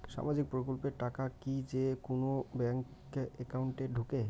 সামাজিক প্রকল্পের টাকা কি যে কুনো ব্যাংক একাউন্টে ঢুকে?